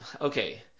Okay